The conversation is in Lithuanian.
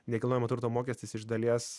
nekilnojamo turto mokestis iš dalies